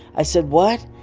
i said, what?